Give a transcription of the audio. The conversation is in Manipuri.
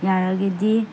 ꯌꯥꯔꯒꯗꯤ